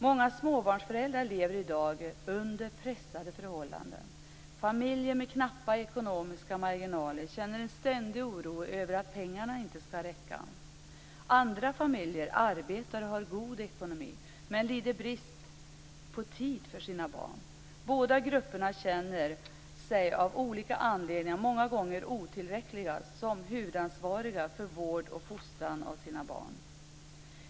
Många småbarnsföräldrar lever i dag under pressade förhållanden. Familjer med knappa ekonomiska marginaler känner en ständig oro över att pengarna inte skall räcka. Andra familjer arbetar och har god ekonomi, men lider brist på tid för sina barn. Båda grupperna känner sig av olika anledningar många gånger otillräckliga som huvudansvariga för vård och fostran av sina barn.